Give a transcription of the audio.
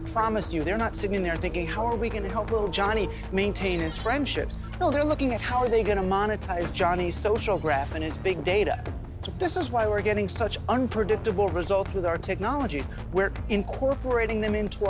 promise you they're not sitting there thinking how are we going to help johnny maintain his friendships well they're looking at how are they going to monetize johnny's social graph and his big data this is why we're getting such unpredictable results with our technology we're incorporating them into